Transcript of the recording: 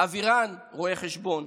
אבירן, רואה חשבון,